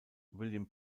william